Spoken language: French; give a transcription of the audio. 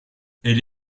elle